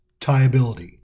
tieability